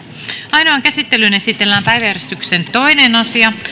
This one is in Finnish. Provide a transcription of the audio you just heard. ainoaan käsittelyyn esitellään päiväjärjestyksen toinen asia